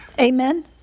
amen